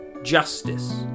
Justice